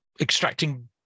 extracting